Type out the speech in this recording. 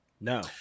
No